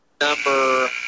number